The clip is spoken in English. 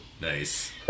Nice